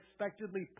unexpectedly